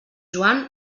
joan